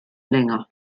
länger